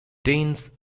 danes